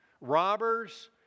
robbers